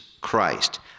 Christ